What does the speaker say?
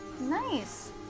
Nice